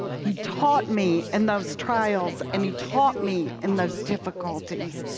he taught me in those trials, and he taught me in those difficulties.